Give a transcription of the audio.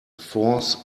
force